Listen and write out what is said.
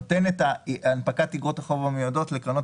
נותן את הנפקת אגרות החוב המיועדות לקרנות